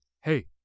Hey